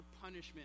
punishment